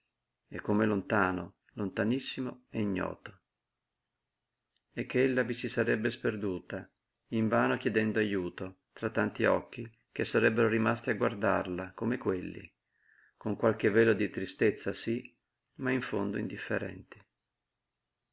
e come lontano lontanissimo e ignoto e ch'ella vi si sarebbe sperduta invano chiedendo ajuto tra tanti occhi che sarebbero rimasti a guardarla come quelli con qualche velo di tristezza sí ma in fondo indifferenti